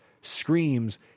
screams